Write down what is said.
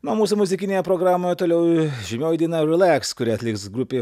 na o mūsų muzikinėje programoje toliau žymioji daina relaks kurią atliks grupė